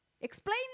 Explain